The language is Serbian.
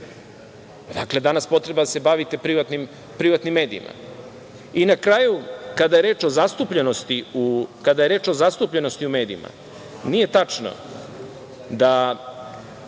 odakle potreba da se bavite privatnim medijima? Na kraju, kada je reč o zastupljenosti u medijima, nije tačno da,